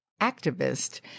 activist